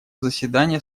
заседание